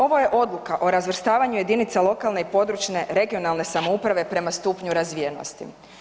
Ovo je odluka o razvrstavanju jedinica lokalne i područne (regionalne) samouprave prema stupnju razvijenosti.